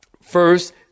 first